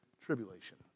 tribulation